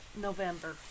November